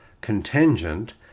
contingent